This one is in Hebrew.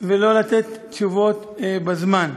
ולא לתת תשובות בזמן.